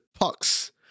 pucks